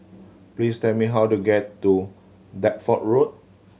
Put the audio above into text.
please tell me how to get to Deptford Road